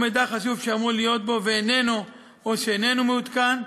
או מידע חשוב שאמור להיות בו איננו או איננו מעודכן,